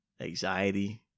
Anxiety